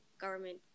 government